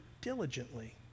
diligently